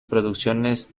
producciones